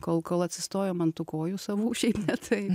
kol kol atsistojom ant tų kojų savų šiaip ne taip